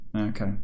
Okay